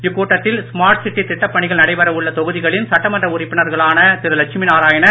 இக்கூட்டத்தில் smart city திட்டப் பணிகள் நடைபெற உள்ள தொகுதிகளின் சட்டமன்ற உறுப்பினர்களான திரு லட்சுமி நாராயணன்